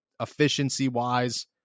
efficiency-wise